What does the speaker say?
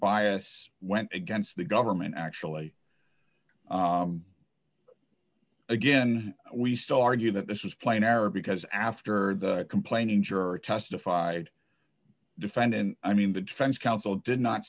bias went against the government actually again we still argue that this was playing error because after complaining juror testified defendant i mean the defense counsel did not